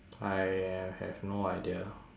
I have no idea